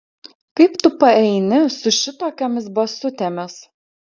kaip tu paeini su šitokiomis basutėmis